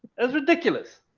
it was ridiculous.